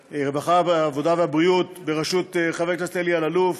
העבודה והבריאות בראשות חבר הכנסת אלי אלאלוף,